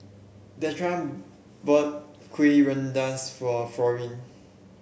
Deidra bought Kuih Rengas for Florene